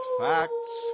facts